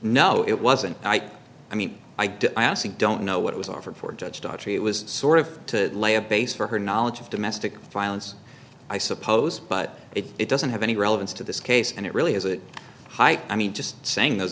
know it wasn't i mean i didn't ask don't know what was offered for judge daughtry it was sort of to lay a base for her knowledge of domestic violence i suppose but it doesn't have any relevance to this case and it really is a high i mean just saying those